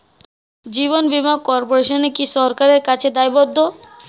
জীবন বীমা কর্পোরেশন কি সরকারের কাছে দায়বদ্ধ?